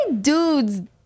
dudes